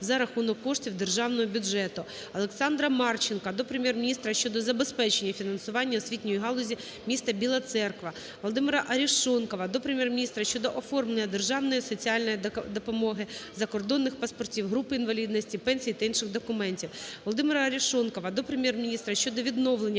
за рахунок коштів Державного бюджету. Олександра Марченка до Прем'єр-міністра щодо забезпечення фінансування освітньої галузі міста Біла Церква. ВолодимираАрешонкова до Прем'єр-міністра щодо оформлення державної соціальної допомоги, закордонних паспортів, групи інвалідності, пенсій та інших документів. ВолодимираАрешонкова до Прем'єр-міністра щодо відновлення